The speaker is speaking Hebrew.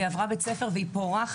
והיא עברה בית ספר והיא פורחת,